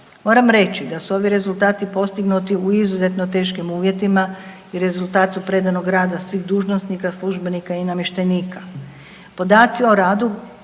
Moram reći da su ovi rezultati postignuti u izuzetno teškim uvjetima i rezultat su predanog rada svih dužnosnika, službenika i namještenika.